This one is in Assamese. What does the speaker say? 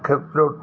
ক্ষেত্ৰত